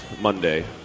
Monday